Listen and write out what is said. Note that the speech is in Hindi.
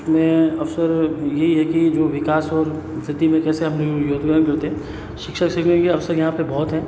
उसमें अवसर यही है कि जो विकास ओर स्थिति में कैसे हम लोग रोज़गार करते हैं शिक्षा से भी हम यहाँ पर बहुत हैं